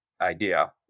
idea